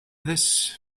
this